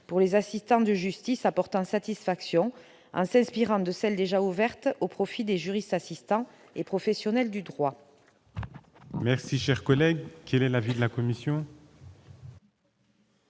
pour les assistants de justice donnant satisfaction, en s'inspirant de celles déjà ouvertes au profit des juristes assistants et des professionnels du droit. Quel est l'avis de la commission ?